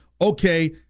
okay